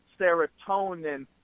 serotonin